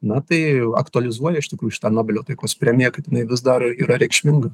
na tai aktualizuoja iš tikrųjų šitą nobelio taikos premiją kad inai vis dar yra reikšminga